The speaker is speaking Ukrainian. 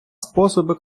способи